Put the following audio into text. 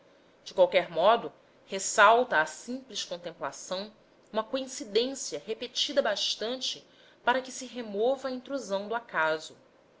de qualquer modo ressalta à simples contemplação uma coincidência repetida bastante para que se remova a intrusão do acaso